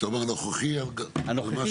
כשדאתה אומר נוכחי, זה מה שקיים כרגע?